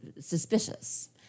suspicious